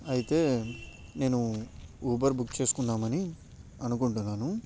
అయితే నేను Uber book చేసుకుందామని అనుకుంటున్నాను